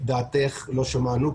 את דעתך לא שמענו,